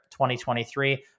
2023